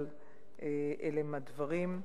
אבל אלה הם הדברים.